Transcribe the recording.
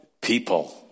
people